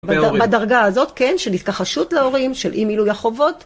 בדרגה הזאת, כן, של התכחשות להורים, של אי מילוי החובות.